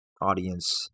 audience